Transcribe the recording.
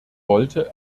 wollte